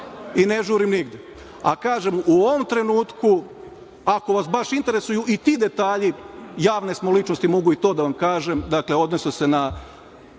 ne žurim nigde. Kažem, u ovom trenutku, ako vas baš interesuju i ti detalji, javne smo ličnosti mogu i to da kažem, odnosi se na